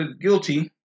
guilty